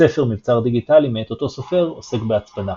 הספר "מבצר דיגיטלי" מאת אותו סופר עוסק בהצפנה.